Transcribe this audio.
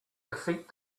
defeat